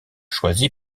choisi